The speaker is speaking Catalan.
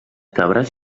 cabres